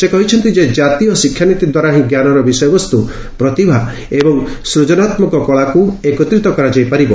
ସେ କହିଛନ୍ତି ଯେ ଜାତୀୟ ଶିକ୍ଷାନୀତି ଦ୍ୱାରା ହିଁ ଜ୍ଞାନର ବିଷୟବସ୍ତୁ ପ୍ରତିଭା ଏବଂ ସୃଜନାତ୍ମକ କଳାକୁ ଏକତ୍ରିତ କରାଯାଇ ପାରିବ